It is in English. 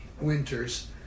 winters